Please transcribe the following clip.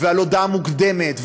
והודעה מוקדמת,